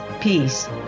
peace